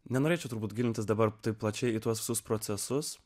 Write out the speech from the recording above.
nenorėčiau turbūt gilintis dabar taip plačiai tuos visus procesus